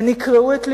הן יקרעו את לבנו,